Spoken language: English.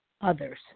others